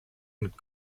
mit